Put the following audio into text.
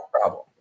problem